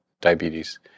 diabetes